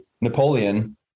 Napoleon